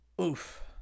Oof